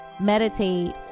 meditate